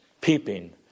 peeping